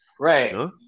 Right